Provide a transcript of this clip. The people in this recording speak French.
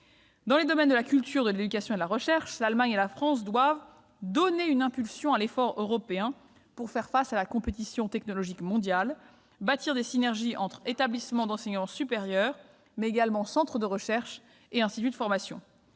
Dans les domaines de la culture, de l'éducation et de la recherche, l'Allemagne et la France doivent donner une impulsion à l'effort européen pour faire face à la compétition technologique mondiale, bâtir des synergies entre établissements d'enseignement supérieur, centres de recherche et instituts de formation.